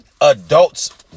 adults